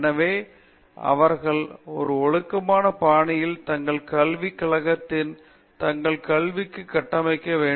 எனவே அவர்கள் ஒரு ஒழுக்கமான பாணியில் தங்களது கல்விக் கழகத்தில் தங்கள் கல்விக்கு கடமைப்பட்டிருக்க வேண்டும்